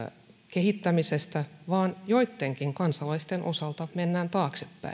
kehittämisestä vaan joittenkin kansalaisten osalta mennään taaksepäin